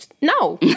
No